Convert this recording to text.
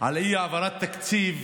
על אי-העברת תקציב